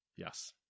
Yes